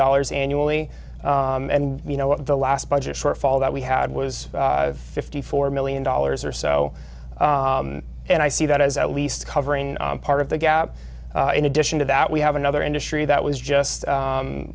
dollars annually and you know what the last budget shortfall that we had was fifty four million dollars or so and i see that as at least covering part of the gap in addition to that we have another industry that was just